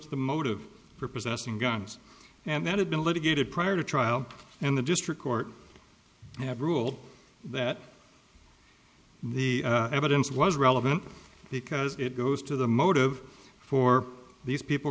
to the motive for possessing guns and that had been litigated prior to trial and the district court had ruled that the evidence was relevant because it goes to the motive for these people